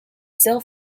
still